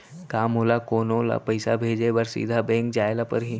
का मोला कोनो ल पइसा भेजे बर सीधा बैंक जाय ला परही?